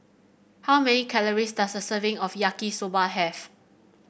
how many calories does a serving of Yaki Soba have